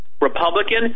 Republican